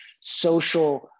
social